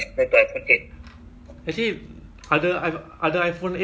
actually ada ada iphone eight plus tak ada kan